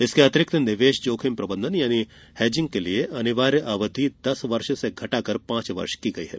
इसके अतिरिक्त निवेश जोखिम प्रबंधन यानी हेजिंग के लिए अनिवार्य अवधि दस वर्ष से घटाकर पांच वर्ष की गई है